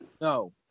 no